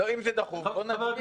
לא, אם זה דחוף, בוא נצביע.